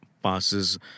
passes